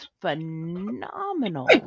phenomenal